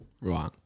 Right